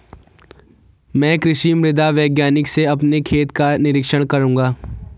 मैं कृषि मृदा वैज्ञानिक से अपने खेत का निरीक्षण कराऊंगा